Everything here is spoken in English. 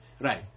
Right